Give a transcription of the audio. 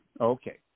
Okay